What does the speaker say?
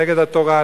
נגד התורה,